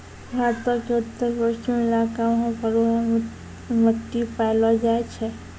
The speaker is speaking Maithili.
भारतो के उत्तर पश्चिम इलाका मे बलुआ मट्टी पायलो जाय छै